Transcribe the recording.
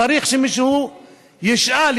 צריך שמישהו ישאל,